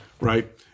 Right